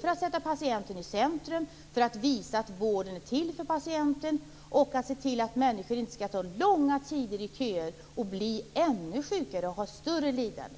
för att sätta patienten i centrum, för att visa att vården är till för patienten och för att se till att människor inte skall behöva stå i kö under långa tider, bli ännu sjukare och vara utsatta för större lidande.